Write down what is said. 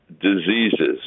diseases